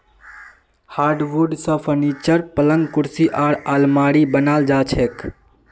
hardwood स furniture, पलंग कुर्सी आर आलमारी बनाल जा छेक